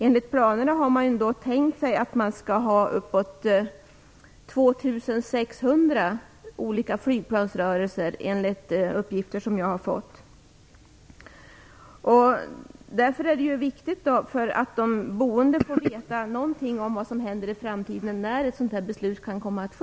Enligt planerna har man tänkt sig upp till 2 600 olika flygplansrörelser, enligt de uppgifter jag har fått. Därför är det viktigt att de boende får veta någonting om när ett beslut skall fattas.